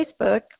Facebook